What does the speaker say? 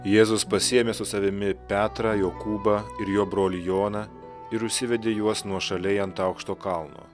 jėzus pasiėmė su savimi petrą jokūbą ir jo brolį joną ir užsivedė juos nuošaliai ant aukšto kalno